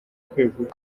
kwegura